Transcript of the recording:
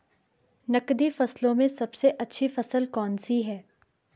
नकदी फसलों में सबसे अच्छी फसल कौन सी है?